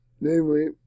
namely